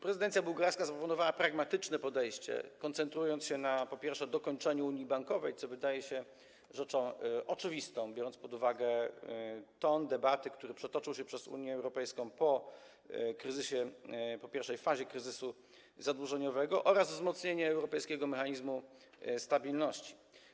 Prezydencja bułgarska zaproponowała pragmatyczne podejście, koncentrując się, po pierwsze, na dokończeniu unii bankowej, co wydaje się rzeczą oczywistą, biorąc pod uwagę ton debaty, który przetoczył się przez Unię Europejską po kryzysie, po pierwszej fazie kryzysu zadłużeniowego, oraz wzmocnieniu Europejskiego Mechanizmu Stabilności.